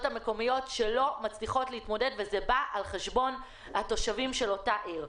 המקומיות שלא מצליחות להתמודד וזה בא על חשבון התושבים של אותה עיר.